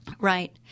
Right